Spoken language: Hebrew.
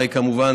הרי כמובן,